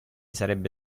sarebbe